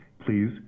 please